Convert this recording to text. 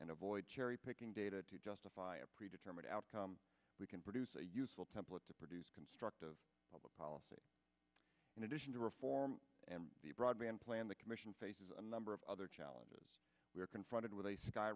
and avoid cherry picking data to justify a pre determined outcome we can produce a useful template to produce constructive public policy in addition to reform and the broadband plan the commission faces a number of other challenges we are confronted with a sky